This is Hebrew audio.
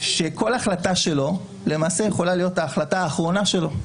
שכל החלטה שלו למעשה יכולה להיות ההחלטה האחרונה שלו.